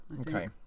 Okay